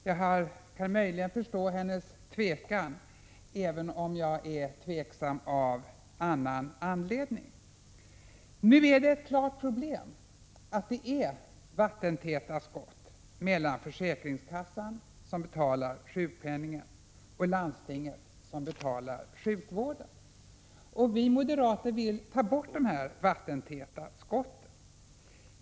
Jag kan alltså möjligen förstå hennes tvekan, även om jag är tveksam av annan anledning. Nu är det ett klart problem att det finns vattentäta skott mellan försäkringskassan, som betalar sjukpenningen, och landstinget, som betalar sjukvården. Vi moderater vill ta bort dessa vattentäta skott.